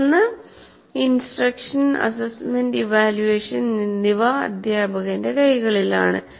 തുടർന്ന് instruction assessment evaluation എന്നിവ അധ്യാപകന്റെ കൈകളിലാണ്